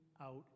out